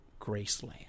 Graceland